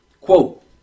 quote